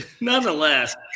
Nonetheless